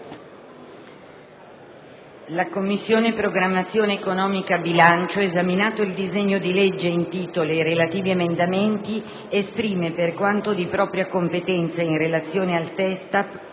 «La Commissione programmazione economica, bilancio, esaminato il disegno di legge in titolo ed i relativi emendamenti, esprime, per quanto di competenza in relazione al testo,